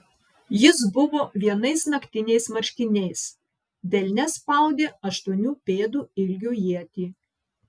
jis buvo vienais naktiniais marškiniais delne spaudė aštuonių pėdų ilgio ietį